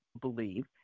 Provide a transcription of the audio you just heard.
believe